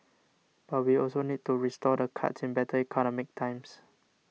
but we also need to restore the cuts in better economic times